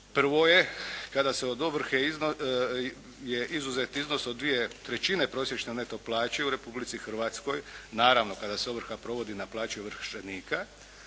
Prvo je kada se od ovrhe izuzet iznos od dvije trećine prosječne neto plaće u Republici Hrvatskoj, naravno kada se ovrha provodi na plaću ovršenika.